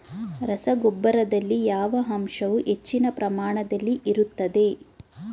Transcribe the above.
ರಸಗೊಬ್ಬರದಲ್ಲಿ ಯಾವ ಅಂಶವು ಹೆಚ್ಚಿನ ಪ್ರಮಾಣದಲ್ಲಿ ಇರುತ್ತದೆ?